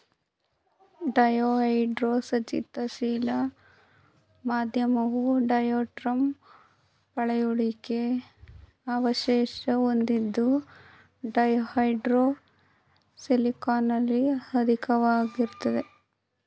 ಡಯಾಹೈಡ್ರೋ ಸಂಚಿತ ಶಿಲಾ ಮಾಧ್ಯಮವು ಡಯಾಟಂ ಪಳೆಯುಳಿಕೆ ಅವಶೇಷ ಹೊಂದಿದ್ದು ಡಯಾಹೈಡ್ರೋ ಸಿಲಿಕಾನಲ್ಲಿ ಅಧಿಕವಾಗಿರ್ತದೆ